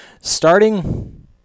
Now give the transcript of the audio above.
starting